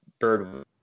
Bird